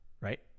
Right